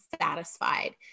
satisfied